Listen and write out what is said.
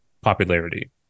popularity